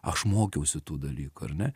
aš mokiausi tų dalykų ar ne